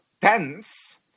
tense